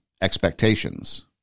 expectations